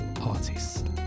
artist